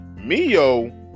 Mio